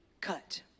cut